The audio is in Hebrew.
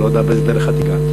אני לא יודע באיזה דרך את הגעת.